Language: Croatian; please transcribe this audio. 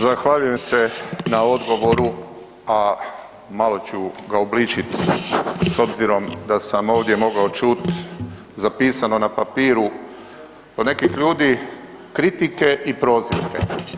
Zahvaljujem se na odgovoru, a malo ću ga obličiti s obzirom da sam ovdje mogao čuti zapisano na papiru kod nekih ljudi kritike i prozivke.